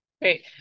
Great